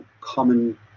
common